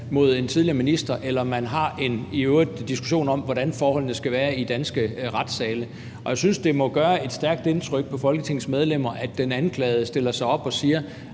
mod en tidligere minister, eller om man har en diskussion om, hvordan forholdene skal være i danske retssale. Og jeg synes, det må gøre et stærkt indtryk på Folketingets medlemmer, at den anklagede stiller sig op og spørger: